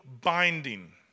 binding